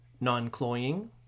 Non-cloying